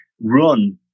run